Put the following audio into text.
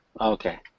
Okay